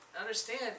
understand